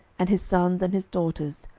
and his sons, and his daughters,